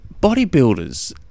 bodybuilders